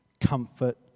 comfort